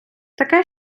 таке